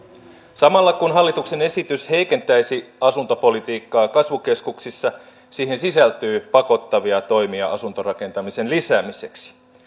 samalla kun hallituksen esitys heikentäisi asuntopolitiikkaa kasvukeskuksissa siihen sisältyy pakottavia toimia asuntorakentamisen lisäämiseksi